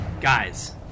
Guys